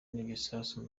n’igisasu